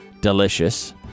delicious